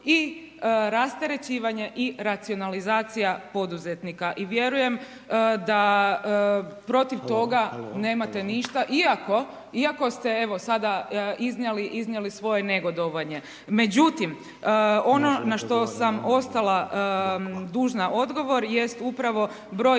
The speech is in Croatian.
i rasterećivanje i racionalizacija poduzetnika i vjerujem da protiv toga nema ništa iako ste evo sada iznijeli svoje negodovanje. Međutim, ono na što sam ostala dužna odgovor jest upravo broj